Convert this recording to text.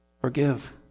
forgive